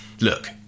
look